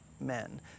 men